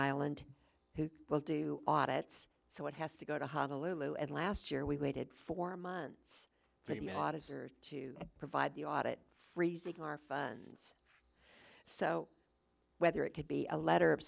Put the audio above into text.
island who will do audits so it has to go to honolulu and last year we waited four months for the auditor to provide the audit freezing our funds so whether it could be a letter of